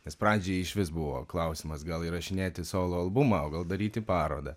nes pradžioj išvis buvo klausimas gal įrašinėti solo albumą o gal daryti parodą